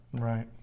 right